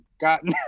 gotten